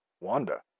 Wanda